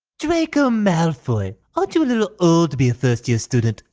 draco malfoy! aren't you a little old to be a first year student?